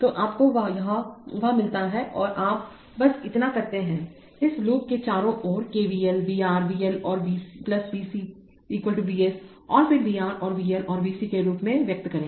तो आपको वह मिलता है और आप बस इतना करते हैंइस लूप के चारों ओर KVL VR VL VC VS और फिर VR और VL को V C के रूप में व्यक्त करें